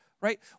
right